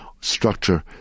structure